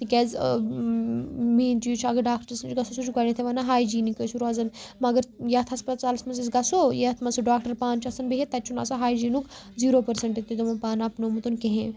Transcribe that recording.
تہِ کیازِ مین چیز چھُ اگر ڈاکٹرس نِش گَژھو سُہ چھُ گۄڈٕنٮ۪تھی ونان ہاے جیٖنِک آسیو روزان مگر یَتھ ہسپَتالس منٛز أسۍ گَژھو یَتھ منٛز سُہ ڈاکٹر پانہٕ چھُ آسان بِہتھ تَتہِ چھُنہ آسان ہاے جینُک زیرو پٔرسنٹہٕ تہِ پانہٕ اپنومُت کِہیٖنۍ